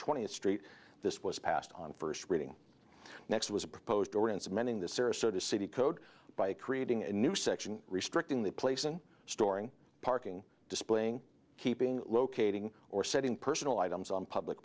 twentieth street this was passed on first reading next it was proposed or in submitting the sarasota city code by creating a new section restricting the placing storing parking displaying keeping locating or setting personal items on public